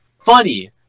funny